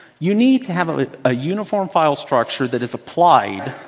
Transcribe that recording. you need to have a ah uniform file structure that is applied,